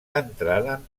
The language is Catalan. entraren